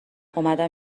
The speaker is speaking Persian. اومدم